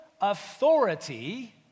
authority